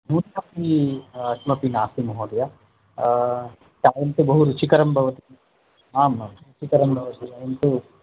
न्यूनमपि किमपि नास्ति महोदय तत्तु बहु रुचिकरं भवति आम् आं रुचिकरं भवति वदन्तु